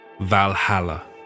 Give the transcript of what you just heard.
Valhalla